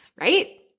right